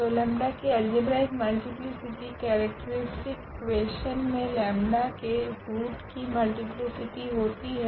तो लेम्डा 𝜆 की algebraic multiplicity characteristic equation मे लेम्डा 𝜆 के रूट की मल्टीप्लीसिटी होती है